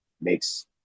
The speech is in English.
makes